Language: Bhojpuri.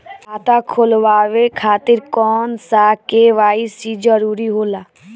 खाता खोलवाये खातिर कौन सा के.वाइ.सी जरूरी होला?